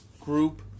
group